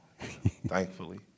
thankfully